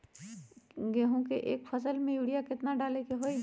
गेंहू के एक फसल में यूरिया केतना डाले के होई?